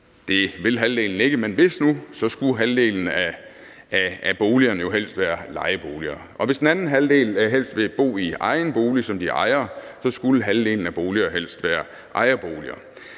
Det vil halvdelen ikke, men hvis nu de ville, så skulle halvdelen af boligerne jo helst være lejeboliger. Og hvis den anden halvdel helst vil bo i egen bolig, som de ejer, så skal halvdelen boligerne helst være ejerboliger.